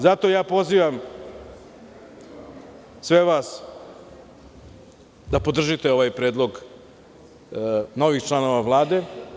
Zato pozivam sve vas da podržite ovaj predlog novih članova Vlade.